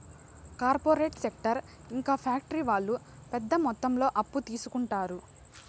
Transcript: corporate sector ఇంకా factory వాళ్ళు పెద్ద మొత్తంలో అప్పు తీసుకుంటారు